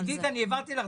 עידית אני העברתי לך,